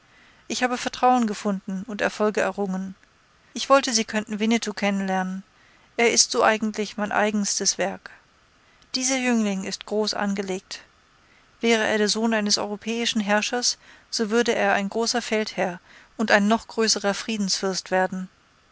ich habe vertrauen gefunden und erfolge errungen ich wollte sie könnten winnetou kennen lernen er ist so eigentlich mein eigenstes werk dieser jüngling ist groß angelegt wäre er der sohn eines europäischen herrschers so würde er ein großer feldherr und ein noch größerer friedensfürst werden